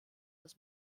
dass